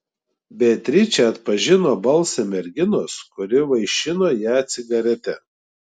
beatričė atpažino balsą merginos kuri vaišino ją cigarete